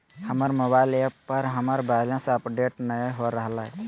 हमर mobile app पर हमर बैलेंस अपडेट नय हो रहलय हें